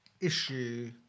issue